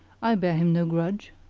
i bear him no grudge.